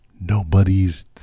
nobody's